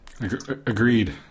Agreed